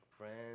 Friends